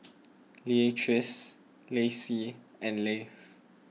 Leatrice Laci and Leif